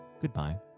goodbye